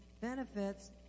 benefits